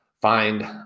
find